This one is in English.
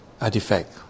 artifact